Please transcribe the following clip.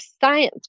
science